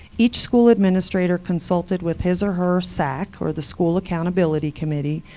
each school administrator consulted with his or her sac, or the school accountability committee,